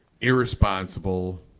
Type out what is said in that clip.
Irresponsible